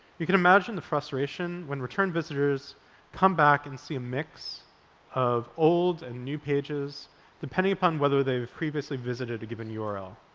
you can imagine the frustration when return visitors come back and see a mix of old and new pages depending upon whether they've previously visited a given ur.